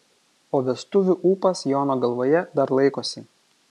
o vestuvių ūpas jono galvoje dar laikosi